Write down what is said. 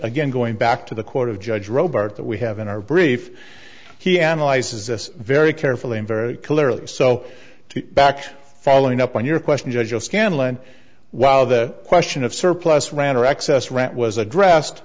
again going back to the court of judge robert that we have in our brief he analyzes this very carefully and very clearly so to back following up on your question judge will scanlon while the question of surplus ran or excess rent was addressed